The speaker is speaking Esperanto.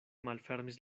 malfermis